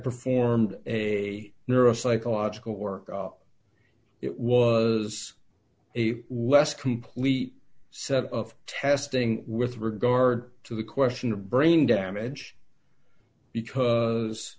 performed a neuropsychological work it was a less complete set of testing with regard to the question of brain damage because